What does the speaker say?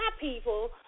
people